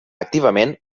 activament